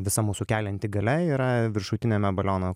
visa mūsų kelianti galia yra viršutiniame baliono